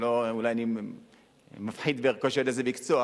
שלא ייראה אולי שאני מפחית בערכו של איזה מקצוע,